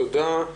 תודה.